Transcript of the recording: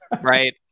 Right